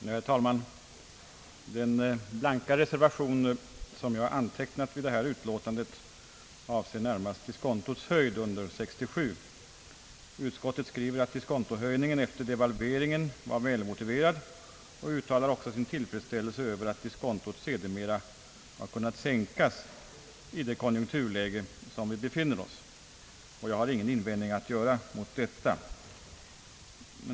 Herr talman! Den blanka reservation, som jag antecknat vid detta utlåtande evser närmast diskontots höjd under år 1967. Utskottet skriver, att diskontohöjningen efter devalveringen var välmotiverad och uttalar också sin tillfredsställelse över att diskontot sedermera kunnat sänkas i det konjunkturläge som vi befinner oss. Jag har ingen invändning att göra mot detta.